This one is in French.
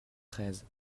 treize